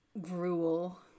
gruel